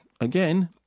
again